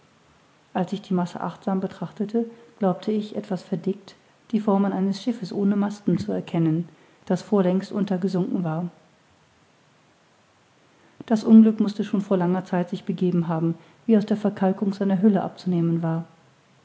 als ich die masse achtsam betrachtete glaubte ich etwas verdickt die formen eines schiffes ohne masten zu erkennen das vorlängst untergesunken war das unglück mußte schon vor langer zeit sich begeben haben wie aus der verkalkung seiner hülle abzunehmen war